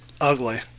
ugly